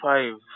Five